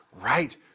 right